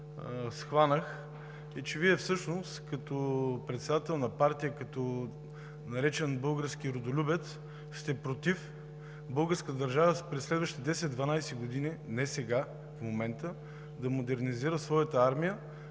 Вие всъщност като председател на партия, като наречен български родолюбец, сте против българската държава през следващите 10 – 12 години – не сега, в момента, да модернизира своята армия